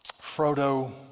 Frodo